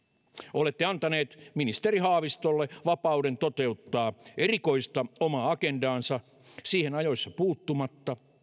olette antaneet ministeri haavistolle vapauden toteuttaa erikoista omaa agendaansa siihen ajoissa puuttumatta